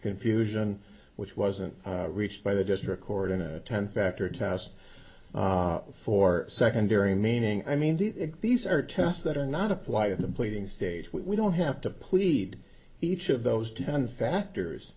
confusion which wasn't reached by the district court in a ten factor test for secondary meaning i mean these are tests that are not apply in the pleading stage we don't have to plead each of those ten factors